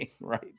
Right